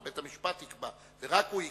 זה בית-המשפט יקבע ורק הוא יקבע.